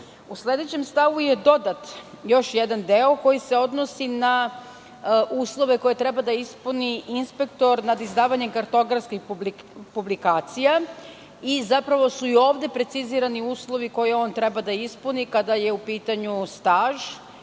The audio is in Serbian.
sledećem stavu je dodat još jedan deo koji se odnosi na uslove koje treba da ispuni inspektor nad izdavanjem kartografskih publikacija i zapravo su i ovde precizirani uslovi koje on treba da ispuni kada je u pitanju staž,